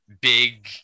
big